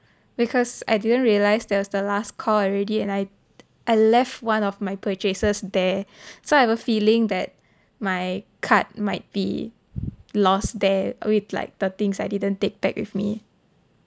because I didn't realize that was the last call already and I I left one of my purchases there so I have a feeling that my card might be lost there with like the things I didn't take back with me